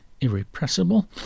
irrepressible